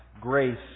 grace